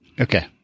Okay